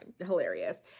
hilarious